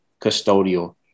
custodial